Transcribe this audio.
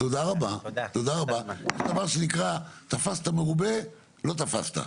יש דבר שנקרא, תפסת מרובה, לא תפסת.